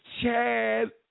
chad